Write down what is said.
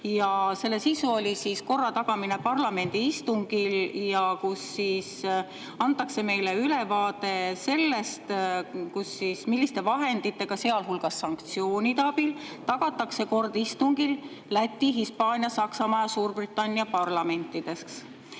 mille sisu oli korra tagamine parlamendi istungil. [Kirjas] antakse meile ülevaade sellest, milliste vahenditega, sealhulgas sanktsioonide abil, tagatakse kord Läti, Hispaania, Saksamaa ja Suurbritannia parlamentide